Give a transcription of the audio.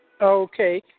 Okay